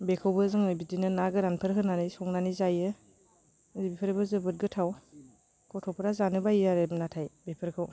बेखौबो जोङो बिदिनो ना गोरानफोर होनानै संनानै जायो ओरै बेफोरबो जोबोद गोथाव गथ'फ्रा जानो बायो आरो नाथाय बेफोरखौ